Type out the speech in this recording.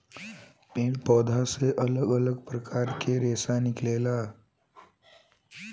पेड़ पौधा से अलग अलग प्रकार के रेशा निकलेला